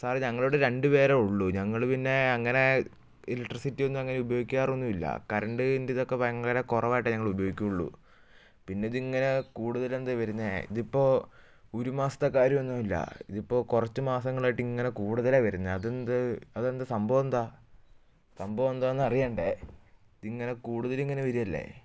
sir ഞങ്ങൾ ഇവിടെ രണ്ടു പേരേ ഉള്ളൂ ഞങ്ങൾ പിന്നെ അങ്ങനെ ഇലക്ട്രിസിറ്റിയൊന്നും അങ്ങനെ ഉപയോഗിക്കാറൊന്നും ഇല്ല കറണ്ട് ഇൻ്റെ ഇതൊക്കെ ഭയങ്കര കുറവായിട്ടേ ഞങ്ങൾ ഉപയോഗിക്കുകയുള്ളു പിന്നെ ഇത് ഇങ്ങനെ കൂടുതലെന്താണ് വരുന്നത് ഇത് ഇപ്പോൾ ഒരു മാസത്തെ കാര്യമൊന്നും ഇല്ല ഇത് ഇപ്പോൾ കുറച്ചു മാസങ്ങളായിട്ട് ഇങ്ങനെ കൂടുതലാണ് വരുന്നത് അതെന്ത് അതെന്താണ് സംഭവം എന്താണ് സംഭവമെന്താണെന്ന് അറിയണ്ടേ ഇത് ഇങ്ങനെ കൂടുതൽ ഇങ്ങനെ വരികയല്ലേ